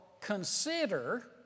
consider